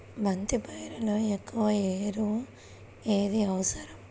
బంతి పైరులో ఎక్కువ ఎరువు ఏది అవసరం?